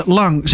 lang